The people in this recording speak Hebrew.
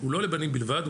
הוא לא לבנים בלבד,